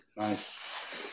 Nice